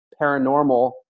paranormal